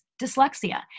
dyslexia